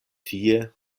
tie